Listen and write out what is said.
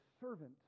servant